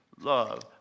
love